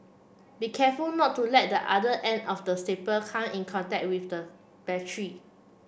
be careful not to let the other end of the staple come in contact with the